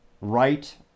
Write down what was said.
right